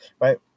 right